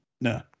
No